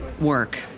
work